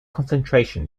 concentration